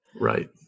right